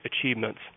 achievements